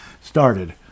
started